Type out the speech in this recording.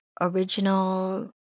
original